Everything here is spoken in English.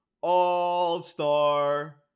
All-star